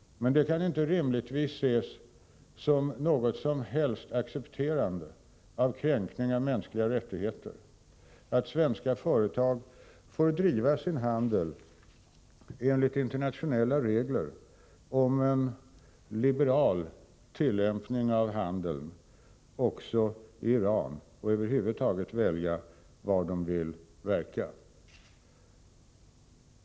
Men det kan inte rimligtvis ses som något som helst accepterande av kränkning av mänskliga rättigheter att svenska företag får driva sin handel, enligt internationella regler om en liberal tillämpning av handeln, också i Iran och att de över huvud taget får välja var de vill verka.